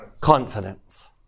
Confidence